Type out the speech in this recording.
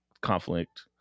Conflict